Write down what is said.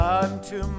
unto